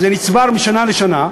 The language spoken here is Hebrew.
וזה נצבר משנה לשנה,